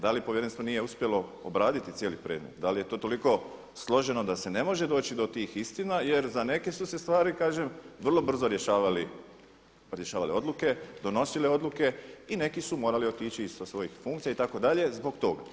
Da li povjerenstvo nije uspjelo obraditi cijeli predmet da li je to toliko složeno da se ne može doći do tih istina, jer za neke su se stvari kažem vrlo brzo rješavale odluke, donosile odluke i neki su morali otići sa svojih funkcija itd. zbog toga.